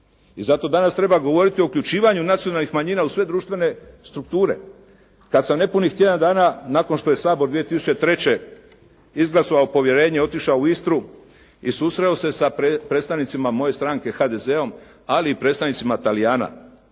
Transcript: I zato danas treba govoriti o uključivanju nacionalnih manjina u sve društvene strukture. Kad sam nepunih tjedan dana nakon što je Sabor 2003. izglasovao povjerenje otišao u Istru i susreo se sa predstavnicima moje stranke HDZ-om, ali i predstavnicima Talijana